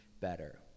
better